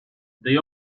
they